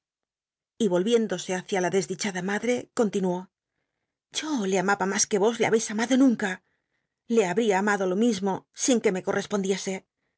y vohiéndose h icia la desdichada mad re continuó yo le amaba mas que vos le ha hcis amado nunca le habia amado fo mismo sin que me correspondiese